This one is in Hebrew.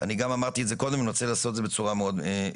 אני גם אמרתי את זה קודם ואני רוצה לעשות את זה בצורה יותר מסודרת